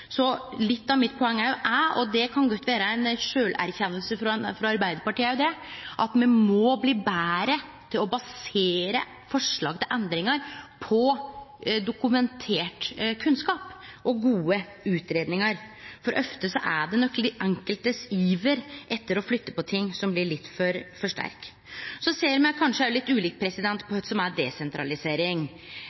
Litt av poenget mitt er, og det kan godt vere ei sjølverkjenning frå Arbeiderpartiet, at me må bli betre til å basere forslag til endringar på dokumentert kunnskap og gode utgreiingar, for ofte er det nok den einskilde sin iver etter å flytte på ting som blir litt for sterk. Så ser me kanskje òg litt ulikt på kva som er desentralisering.